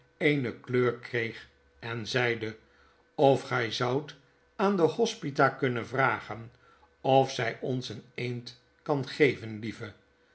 eene kleur kreeg en zeide of gy zoudt aan de hospita kunnen vragen of zy ons een eend kan geven